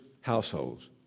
households